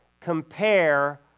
compare